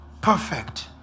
perfect